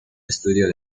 estudio